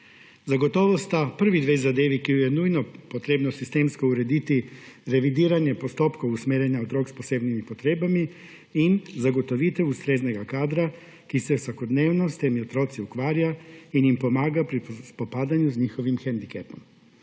Zagotovo sta prvi dve zadevi, ki ju je nujno treba sistemsko urediti, revidiranje postopkov usmerjanja otrok s posebnimi potrebami in zagotovitev ustreznega kadra, ki se vsakodnevno s temi otroci ukvarja in jim pomaga pri spopadanju z njihovim hendikepom.